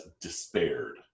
despaired